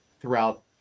throughout